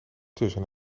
tussen